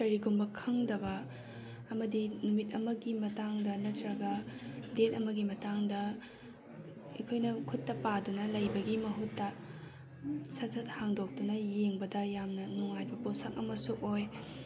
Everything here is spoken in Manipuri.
ꯀꯔꯤꯒꯨꯝꯕ ꯈꯪꯗꯕ ꯑꯃꯗꯤ ꯅꯨꯃꯤꯠ ꯑꯃꯒꯤ ꯃꯇꯥꯡꯗ ꯅꯠꯇ꯭ꯔꯒ ꯗꯦꯠ ꯑꯃꯒꯤ ꯃꯇꯥꯡꯗ ꯑꯩꯈꯣꯏꯅ ꯈꯨꯠꯇ ꯄꯥꯗꯨꯅ ꯂꯩꯕꯒꯤ ꯃꯍꯨꯠꯇ ꯁꯠ ꯁꯠ ꯍꯥꯡꯗꯣꯛꯇꯨꯅ ꯌꯦꯡꯕꯗ ꯌꯥꯝꯅ ꯅꯨꯡꯉꯥꯏꯕ ꯄꯣꯠꯁꯛ ꯑꯃꯁꯨ ꯑꯣꯏ